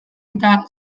eta